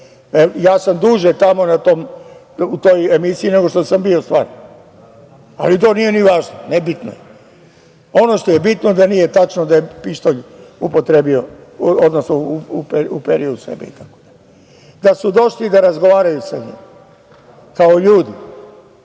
Ja sam duže tamo u toj emisiji nego što sam bio stvarno, ali to nije ni važno, nebitno je. Ono što je bitno jeste da nije tačno da je pištolj uperio u sebe itd. Da su došli da razgovaraju sa njim kao ljudi,